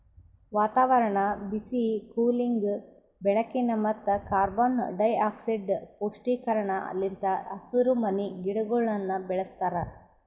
ವಾತಾವರಣ, ಬಿಸಿ, ಕೂಲಿಂಗ್, ಬೆಳಕಿನ ಮತ್ತ ಕಾರ್ಬನ್ ಡೈಆಕ್ಸೈಡ್ ಪುಷ್ಟೀಕರಣ ಲಿಂತ್ ಹಸಿರುಮನಿ ಗಿಡಗೊಳನ್ನ ಬೆಳಸ್ತಾರ